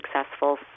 successful